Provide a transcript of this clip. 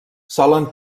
solen